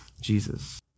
Jesus